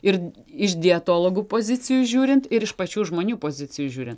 ir iš dietologų pozicijų žiūrint ir iš pačių žmonių pozicijų žiūrint